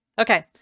Okay